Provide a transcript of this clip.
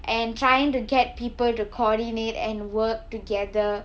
and trying to get people to coordinate and work together